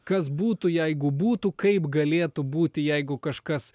kas būtų jeigu būtų kaip galėtų būti jeigu kažkas